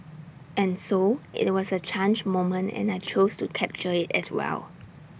and so IT was A change moment and I chose to capture IT as well